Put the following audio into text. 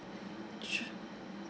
sure